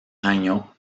año